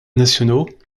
nationaux